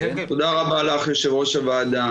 תודה רבה לך, יושבת-ראש הוועדה.